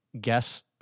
guess